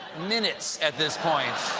minute at this point.